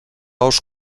ous